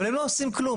אבל הם לא עושים כלום.